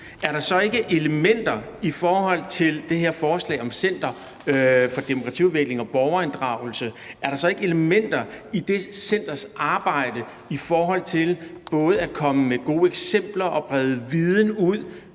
er der så i forhold til det her forslag om et center for demokratiudvikling og borgerinddragelse ikke elementer i det centers arbejde, hvad angår både at komme med gode eksempler og brede viden ud,